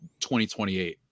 2028